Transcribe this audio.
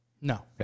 No